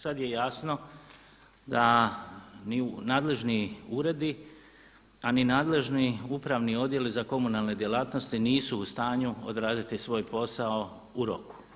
Sada je jasno da ni nadležni uredi, a ni nadležni upravni odjeli za komunalne djelatnosti nisu u stanju odraditi svoj posao u roku.